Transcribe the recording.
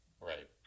right